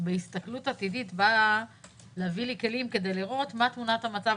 בהסתכלות עתידית רוצה להביא לי כלים כדי לראות מה תמונת המצב,